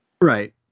Right